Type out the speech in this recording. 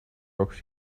rocks